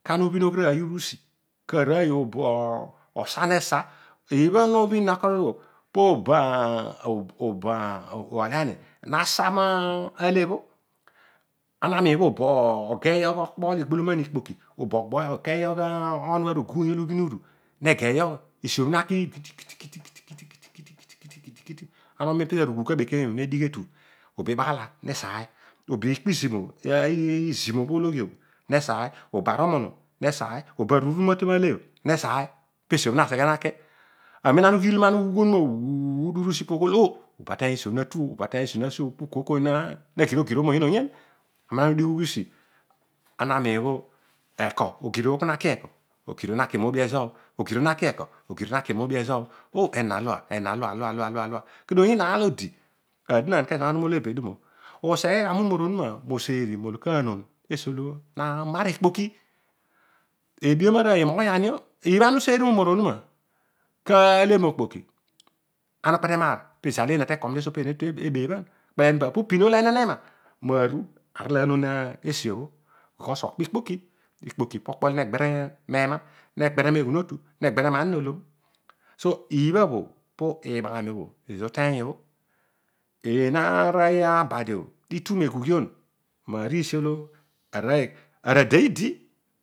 Kana ubhinogh rooy usi. po obo osa nesa nasa malebho. Ami miin bho obegeiyogh okpo ligbolouan ikpoki. obogeiyogh a new necruit ilo ubhin uru nogeiyogh. esiobho naki ki ti kiti kiti kiti. Ana uiin pezo arughuugh abekeiy o pezo nedigh netu. obo ibaghala nesaiy. obo ikpo izim o. izim obho ologhi o nesaiy. obo arumunu nesai. obo arirughutum alebho nesai. pesiobho naseghe naki. Amem ana obhin oghugh uru usi poghol o! Obateiy esi o natu o. po kooy kooy nagir ogir o moyen oyen. Amem ana udigh ughi usi ana miin bho. eko ogir ku naki eko? Ogir o naki moobi ezo o aadonaan kana uru molo obedum useghegha mu mor onuma maseesi molo kaanon esiolo na mar ikpoki. Ebuyom arooy imoghoyanio. ibha ana useeri mumor onuma kale mo okpoki. ana ukpote maar pizal eena tekom tesiopo etu ebeebhan. kpleni pa pu pin olo onon ema maru arol anon esiobho because okpo ikpoki. ikpoki po okpo lo neghere mema. neghere nseghun otu. neghere ma ani nolom so iibha bho po iibhaghami obho ezor uteiy obho. Eena aroiy abadio pitu meghugion mariisi olo arooy. ara ade idi